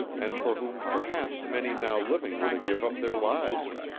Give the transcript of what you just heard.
and for whom perhaps many now living were to give up their lives.